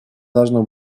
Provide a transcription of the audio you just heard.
должно